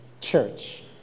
Church